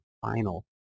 final